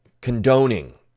condoning